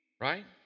Right